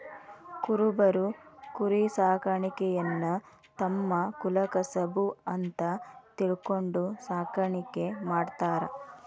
ಕುರಬರು ಕುರಿಸಾಕಾಣಿಕೆಯನ್ನ ತಮ್ಮ ಕುಲಕಸಬು ಅಂತ ತಿಳ್ಕೊಂಡು ಸಾಕಾಣಿಕೆ ಮಾಡ್ತಾರ